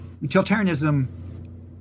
utilitarianism